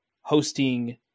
hosting